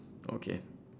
okay